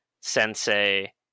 sensei